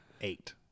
eight